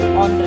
on